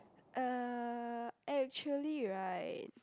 uh actually right